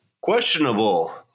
Questionable